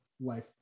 life